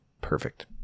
perfect